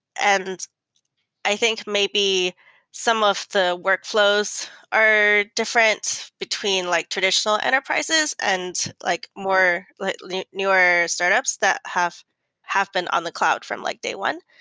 and i think maybe some of the workflows are different between like traditional enterprises and like more like newer startups that have have been on the cloud from like day one.